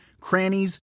crannies